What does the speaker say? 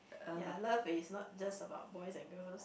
ya love is not just about boys and girls